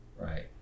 Right